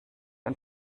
und